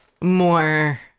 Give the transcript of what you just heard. more